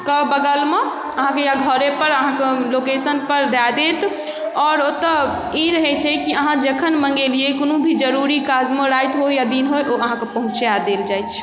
के बगलमे अहाँके या घरेपर अहाँके लोकेशनपर दए देत आओर ओतय ई रहै छै कि अहाँ जखन मंगेलियै कोनो भी जरूरी काजमे राति होय या दिन होय ओ अहाँकेँ पहुँचा देल जाइ छै